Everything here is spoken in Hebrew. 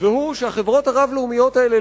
והוא שהחברות הרב-לאומיות האלה,